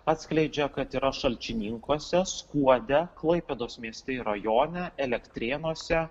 atskleidžia kad yra šalčininkuose skuode klaipėdos mieste ir rajone elektrėnuose